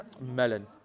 Melon